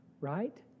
right